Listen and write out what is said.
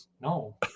No